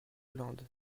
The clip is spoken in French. hollande